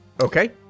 okay